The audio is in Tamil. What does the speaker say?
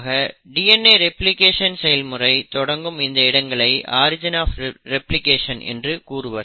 ஆக DNA ரெப்ளிகேஷன் செயல்முறை தொடங்கும் இந்த இடங்களை ஆரிஜின் ஆப் ரெப்ளிகேஷன் என்று கூறுவர்